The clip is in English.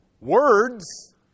words